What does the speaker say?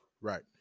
Right